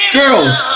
girls